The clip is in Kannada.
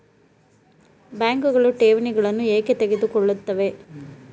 ಬ್ಯಾಂಕುಗಳು ಠೇವಣಿಗಳನ್ನು ಏಕೆ ತೆಗೆದುಕೊಳ್ಳುತ್ತವೆ?